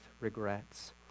regrets